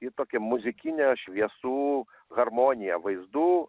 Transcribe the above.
į tokią muzikinę šviesų harmoniją vaizdų